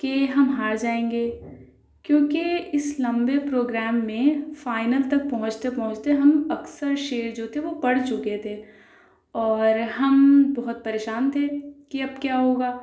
کہ ہم ہار جائیں گے کیونکہ اس لمبے پروگرام میں فائنل تک پہنچتے پہنچتے ہم اکثر شعر جو تھے وہ پڑھ چکے تھے اور ہم بہت پریشان تھے کہ اب کیا ہوگا